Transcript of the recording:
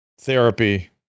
therapy